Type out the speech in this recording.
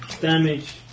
damage